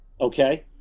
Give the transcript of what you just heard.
okay